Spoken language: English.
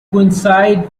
coincide